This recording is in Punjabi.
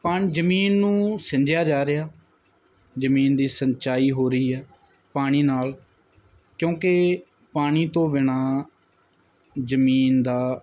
ਪਾਣ ਜ਼ਮੀਨ ਨੂੰ ਸਿੰਜਿਆ ਜਾ ਰਿਹਾ ਜ਼ਮੀਨ ਦੀ ਸਿੰਚਾਈ ਹੋ ਰਹੀ ਹੈ ਪਾਣੀ ਨਾਲ ਕਿਉਂਕਿ ਪਾਣੀ ਤੋਂ ਬਿਨਾਂ ਜ਼ਮੀਨ ਦਾ